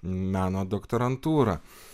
meno doktorantūrą